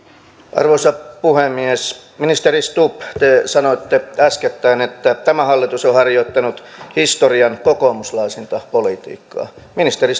arvoisa puhemies ministeri stubb te sanoitte äskettäin että tämä hallitus on harjoittanut historian kokoomuslaisinta politiikkaa ministeri